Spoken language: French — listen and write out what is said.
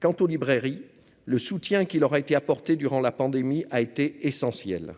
Quant aux librairies le soutien qui leur a été apportée durant la pandémie a été essentiel